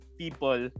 people